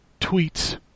Tweets